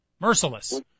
Merciless